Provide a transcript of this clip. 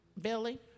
Billy